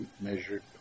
measured